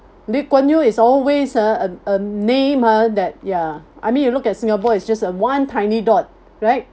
lee kuan yew is always uh a a name ah that ya I mean you look at singapore is just one tiny dot right